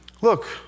Look